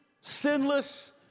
sinless